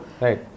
Right